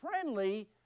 friendly